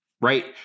right